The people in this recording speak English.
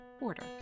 order